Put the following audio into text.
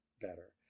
better